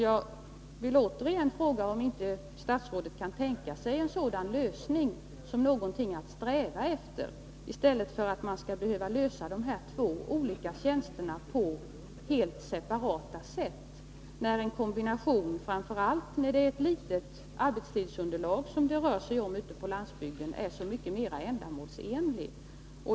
Jag vill återigen fråga om inte statsrådet kan tänka sig en sådan lösning som någonting att sträva efter, i stället för att man skall behöva ordna de här två olika tjänsterna på helt separata sätt. En kombination är ju — framför allt när det rör sig om ett litet arbetstidsunderlag, som ute på landsbygden — mycket mer ändamålsenlig.